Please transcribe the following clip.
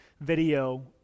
video